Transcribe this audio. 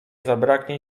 zabraknie